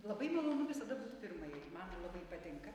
labai malonu visada būt pirmajai man labai patinka